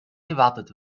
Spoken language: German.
gewartet